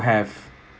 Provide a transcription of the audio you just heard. have